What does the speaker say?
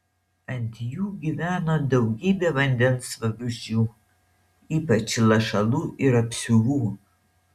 ant jų gyveno daugybė vandens vabzdžių ypač lašalų ir apsiuvų